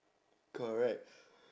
correct